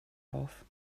auf